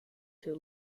too